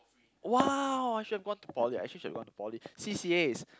!wow! I should have gone to poly I actually should have gone to poly C_C_As